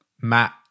Matt